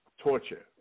torture